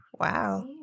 Wow